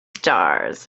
stars